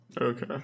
Okay